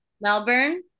Melbourne